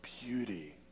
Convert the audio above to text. beauty